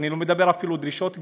אני לא מדבר אפילו על דרישות גבוהות,